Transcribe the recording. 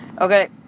okay